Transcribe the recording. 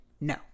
No